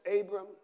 Abram